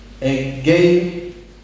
Again